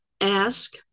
Ask